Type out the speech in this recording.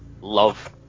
love